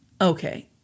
okay